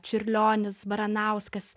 čiurlionis baranauskas